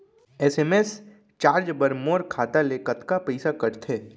SMS charge बर मोर खाता ले कतका पइसा कटथे?